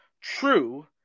True